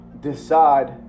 decide